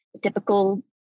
typical